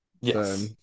Yes